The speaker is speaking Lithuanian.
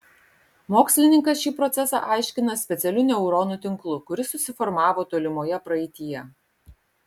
mokslininkas šį procesą aiškina specialiu neuronų tinklu kuris susiformavo tolimoje praeityje